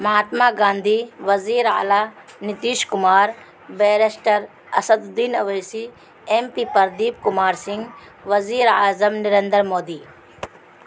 مہاتما گاندھی وزیر آعلی Nitish Kumar barrister Asaduddin Owaisi M P Pradeep Kumar Singh وزیر اعظم نرندر مودی